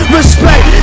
respect